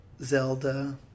Zelda